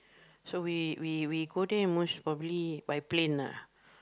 so we we we go there most probably by plane ah